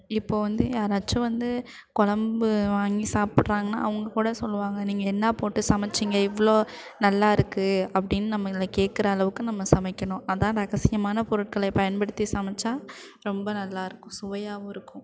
இப்போது வந்து யாராச்சும் வந்து கொழம்பு வாங்கி சாப்பிட்றாங்கனா அவங்கக்கூட சொல்லுவாங்க நீங்கள் என்ன போட்டு சமைச்சீங்க இவ்வளோ நல்லா இருக்குது அப்படின்னு நம்மளை கேட்குற அளவுக்கு நம்ம சமைக்கணும் அதுதான் ரகசியமான பொருட்களை பயன்படுத்தி சமைத்தா ரொம்ப நல்லா இருக்கும் சுவையாகவும் இருக்கும்